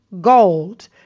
gold